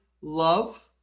love